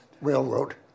railroad